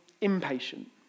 impatient